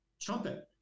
trumpet